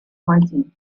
maltin